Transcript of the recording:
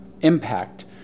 impact